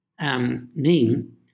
name